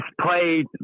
played